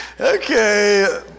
okay